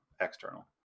external